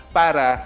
para